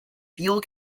fuel